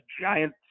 giant